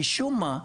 משום מה,